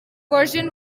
version